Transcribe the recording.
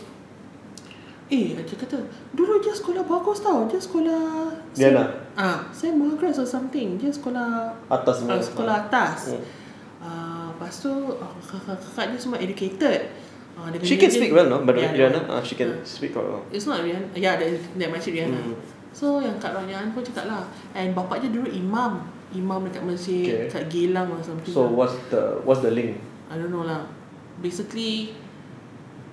eh makcik kata dulu dia sekolah bagus [tau] dia sekolah saint ah saint margaret or something ah dia sekolah ah sekolah atas lepas ah itu ah kakak-kakak dia semua educated ah dia punya legend ah ya ah it's not rihanna ya that is that makcik rihanna and kakak rayyan pun cakap lah and bapa dia dulu imam-imam dekat masjid dekat geylang or something lah I don't know lah basically